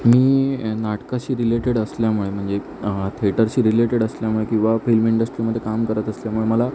मी नाटकाशी रिलेटेड असल्यामुळे म्हणजे थेटरशी रिलेटेड असल्यामुळे किंवा फिल्म इंडस्ट्रीमध्ये काम करत असल्यामुळे मला